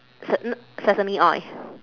se~ n~ sesame oil